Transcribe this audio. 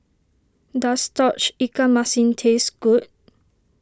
does Tauge Ikan Masin taste good